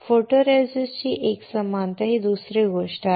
फोटोरेसिस्टची एकसमानता ही दुसरी गोष्ट आहे